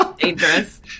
dangerous